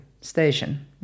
station